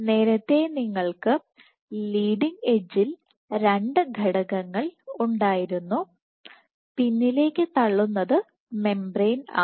നേരത്തെ നിങ്ങൾക്ക് ലീഡിങ് എഡ്ജിൽ രണ്ട് ഘടകങ്ങൾ ഉണ്ടായിരുന്നു പിന്നിലേക്ക് തള്ളുന്നത് മെംബറേൻ ആണ്